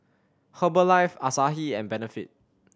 Herbalife Asahi and Benefit